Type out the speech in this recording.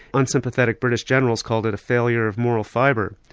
unsympathetic british generals called it a failure of moral fibre.